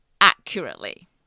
accurately